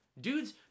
dudes